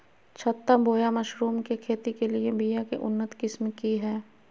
छत्ता बोया मशरूम के खेती के लिए बिया के उन्नत किस्म की हैं?